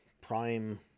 prime